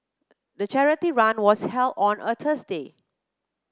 the charity run was held on a Tuesday